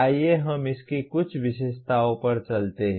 आइए हम इसकी कुछ विशेषताओं पर चलते हैं